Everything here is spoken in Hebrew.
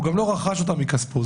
הוא לא רכש מכספו.